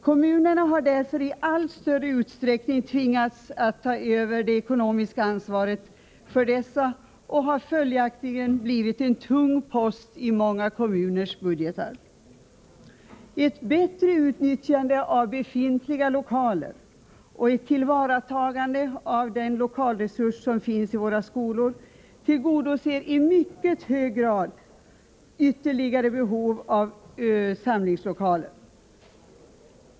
Kommunerna har därför i allt större utsträckning tvingats att ta över det ekonomiska ansvaret för dessa, och de har följaktligen blivit en tung post i många kommuners budgetar. Ett bättre utnyttjande av befintliga lokaler och ett tillvaratagande av den lokalresurs som finns i våra skolor tillgodoser i mycket hög grad ytterligare behov av samlingslokaler.